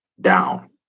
down